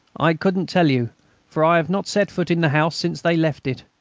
i couldn't tell you for i have not set foot in the house since they left it.